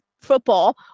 football